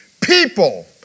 people